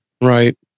Right